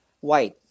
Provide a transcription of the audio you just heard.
white